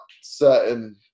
certain